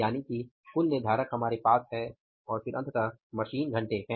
यानि कि कुल निर्धारक हमारे पास हैं और अंततः मशीन घंटे हैं